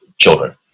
children